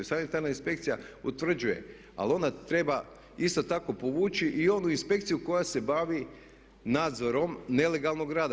Sanitarna inspekcija utvrđuje ali ona treba isto tako povući i onu inspekciju koja se bavi nadzorom nelegalnog rada.